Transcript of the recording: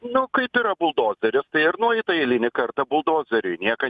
nu kaip yra buldozeris tai ir nueita eilinį kartą buldozeriui nieką